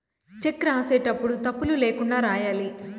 check రాసేటప్పుడు తప్పులు ల్యాకుండా రాయాలి